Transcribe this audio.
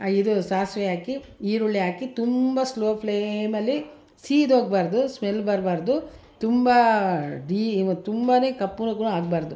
ಆ ಇದು ಸಾಸಿವೆ ಹಾಕಿ ಈರುಳ್ಳಿ ಹಾಕಿ ತುಂಬ ಸ್ಲೋ ಫ್ಲೇಮಲ್ಲಿ ಸಿದೋಗಬಾರ್ದು ಸ್ಮೆಲ್ ಬರಬಾರ್ದು ತುಂಬ ದಿ ತುಂಬನೇ ಕಪ್ಪಗೂ ಆಗಬಾರ್ದು